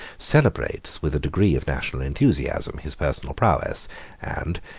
celebrates, with a degree of national enthusiasm, his personal prowess and,